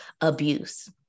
abuse